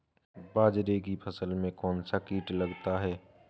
बाजरे की फसल में कौन सा कीट लगता है?